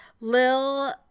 Lil